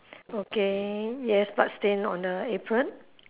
okay yes bloodstain on the apron